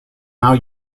now